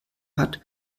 hat